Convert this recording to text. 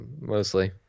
mostly